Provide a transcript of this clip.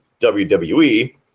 WWE